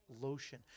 Lotion